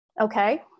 Okay